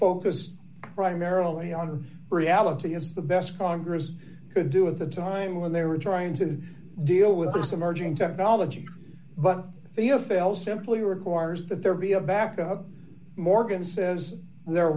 focused primarily on reality as the best congress could do at the time when they were trying to deal with this emerging technology but the a f l simply requires that there be a backup morgan says there